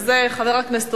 חברי חברי הכנסת,